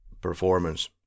performance